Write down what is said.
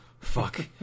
fuck